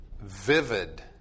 vivid